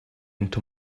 into